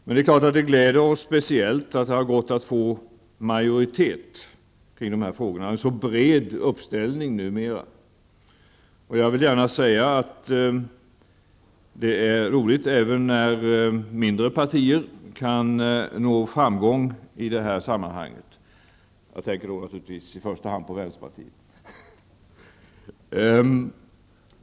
Men det gläder oss speciellt att det har gått att få majoritet för detta, alltså en bred uppslutning. Jag vill gärna säga att det är roligt även när mindre partier kan nå framgång i detta sammanhang -- jag tänker då i första hand naturligtvis på vänsterpartiet.